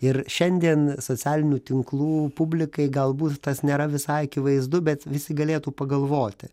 ir šiandien socialinių tinklų publikai galbūt tas nėra visai akivaizdu bet visi galėtų pagalvoti